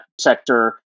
sector